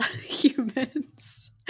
humans